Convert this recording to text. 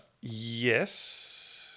Yes